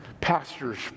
pastors